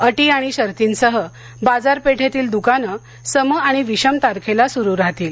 अटी आणि शर्तींसह बाजारपेठेतील द्कानं सम आणि विषम तारखेला सुरू राहतील